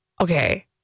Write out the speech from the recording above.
Okay